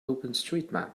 openstreetmap